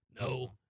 No